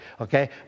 Okay